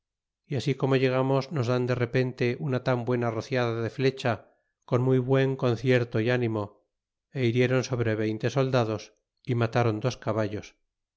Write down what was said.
é así como llegamos nos dan de repente una tan buena rociada de flecha con muy buen concierto y ni mo y biriéron sobre veinte soldados y matron dos caballos